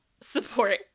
support